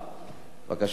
בבקשה, אדוני.